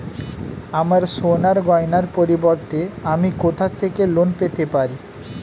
আমার সোনার গয়নার পরিবর্তে আমি কোথা থেকে লোন পেতে পারি?